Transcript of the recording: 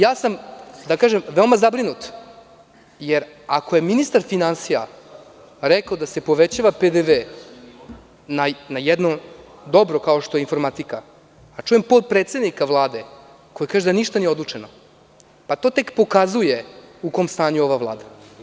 Ja sam, da kažem, veoma zabrinut jer ako je ministar finansija rekao da se povećava PDV na jedno dobro kao što je informatika, a čujem potpredsednika Vlade koji kaže da ništa nije odlučeno, to tek pokazuje u kom stanju je ova Vlada.